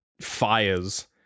fires